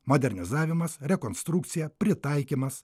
modernizavimas rekonstrukcija pritaikymas